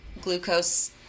glucose